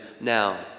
now